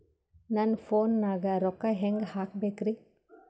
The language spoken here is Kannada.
ನನ್ನ ಫೋನ್ ನಾಗ ರೊಕ್ಕ ಹೆಂಗ ಹಾಕ ಬೇಕ್ರಿ?